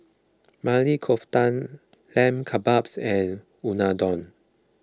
Maili Kofta Lamb Kebabs and Unadon